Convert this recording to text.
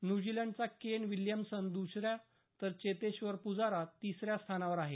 न्यूझीलंडचा Kane Williamson दुसऱ्या तर चेतेश्वर पुजारा तिसऱ्या स्थानावर आहेत